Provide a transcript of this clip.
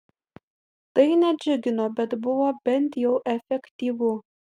tai nedžiugino bet buvo bent jau efektyvu